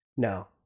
No